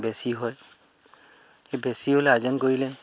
বেছি হয় সেই বেছি হ'লে আৰ্জন কৰিলে